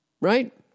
Right